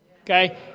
okay